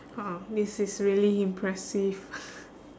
!wow! this is really impressive